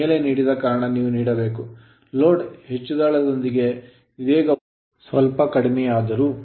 ಮೇಲೆ ನೀಡಿದ ಕಾರಣ ನೀವು ನೀಡಬೇಕು ಲೋಡ್ ಹೆಚ್ಚಳದೊಂದಿಗೆ ವೇಗವು ಸ್ವಲ್ಪ ಕಡಿಮೆಯಾದರೂ